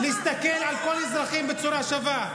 את צריכה להסתכל על כל האזרחים בצורה שווה.